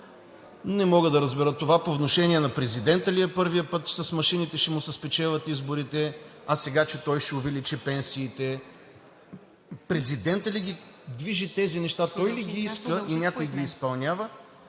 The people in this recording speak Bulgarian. Не мога да разбера това – по внушение на президента ли е първият път с машините, ще му се спечелят изборите, а сега че той ще увеличи пенсиите. Президентът ли ги движи тези неща, той ли ги иска и някой ги изпълнява,